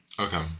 Okay